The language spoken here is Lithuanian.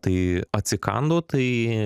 tai atsikandau tai